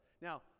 Now